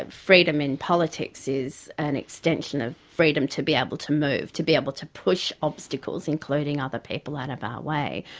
and freedom in politics is an extension of freedom to be able to move, to be able to push obstacles, including other people, out way.